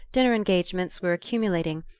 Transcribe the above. dinner-engagements were accumulating,